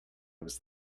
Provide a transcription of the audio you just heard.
was